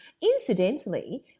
Incidentally